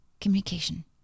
communication